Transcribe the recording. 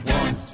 one